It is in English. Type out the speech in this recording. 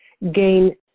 gain